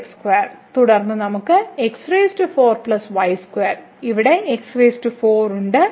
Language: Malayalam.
y x2 തുടർന്ന് നമുക്ക് x4 y2 വീണ്ടും ഇവിടെ x4 ഉണ്ട്